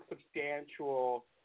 substantial